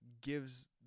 gives